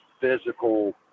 physical